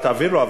אתה תעביר לו,